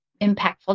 impactful